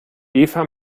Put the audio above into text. eva